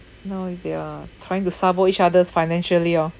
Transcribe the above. now uh they're trying to sabo each others financially orh